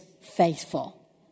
faithful